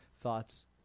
thoughts